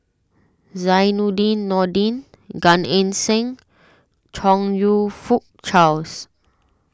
Zainudin Nordin Gan Eng Seng and Chong You Fook Charles